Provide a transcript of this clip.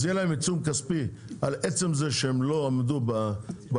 אז יהיה להם עיצום כספי על עצם זה שהם לא עמדו בעניין